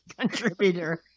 Contributor